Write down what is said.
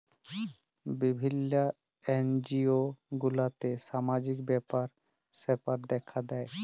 বিভিল্য এনজিও গুলাতে সামাজিক ব্যাপার স্যাপার দ্যেখা হ্যয়